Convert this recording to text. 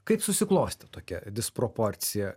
kaip susiklostė tokia disproporcija